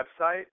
website